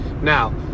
Now